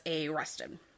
arrested